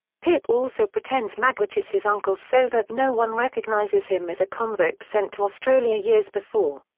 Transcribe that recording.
pip also pretends magwitch is his uncle so that no one recognises him as a convict sent to australia years before.